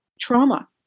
trauma